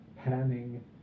panning